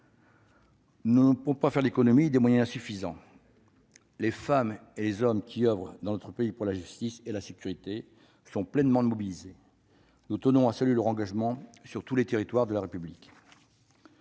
nous ne pouvons faire l'économie d'une amélioration de ses moyens. Pour autant, les femmes et les hommes qui oeuvrent dans notre pays pour la justice et la sécurité sont pleinement mobilisés. Nous tenons à saluer leur engagement sur tous les territoires de la République.